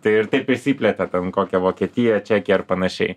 tai ir taip išsiplėtė ten į kokią vokietiją čekiją ar panašiai